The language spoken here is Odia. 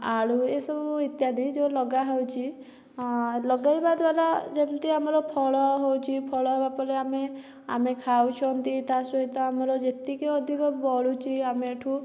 ଆଳୁ ଏସବୁ ଇତ୍ୟାଦି ଯେଉଁ ଲଗା ହେଉଛି ଲଗାଇବା ଦ୍ଵାରା ଯେମିତି ଆମର ଫଳ ହେଉଛି ଫଳ ହେବା ପରେ ଆମେ ଆମେ ଖାଉଛନ୍ତି ତାସହିତ ଆମର ଯେତିକି ଅଧିକ ବଳୁଛି ଆମେ ଏଇଠୁ